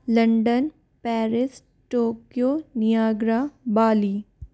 London Paris Tokyo niagara Bali